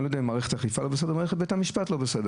אני לא יודע אם מערכת האכיפה לא בסדר או מערכת בית המשפט לא בסדר.